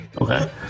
Okay